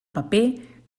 paper